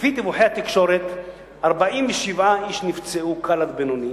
לפי דיווחי התקשורת, 47 איש נפצעו קל עד בינוני.